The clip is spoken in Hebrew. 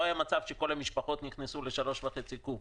לא היה מצב שכל המשפחות נכנסו ל-3.5 קוב.